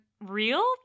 real